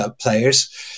players